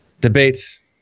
Debates